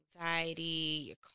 anxiety